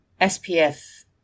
spf